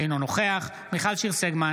אינו נוכח מיכל שיר סגמן,